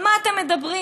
על מה אתם מדברים?